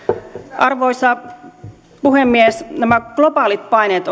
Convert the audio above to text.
arvoisa puhemies nämä globaalit paineet